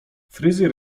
fryzjer